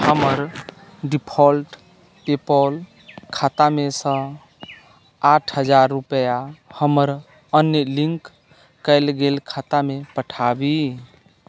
हमर default PayPal खातामेसँ आठ हजार रुपैआ हमर अन्य लिन्क कयल गेल खातामे पठाबी